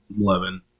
Eleven